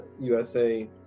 USA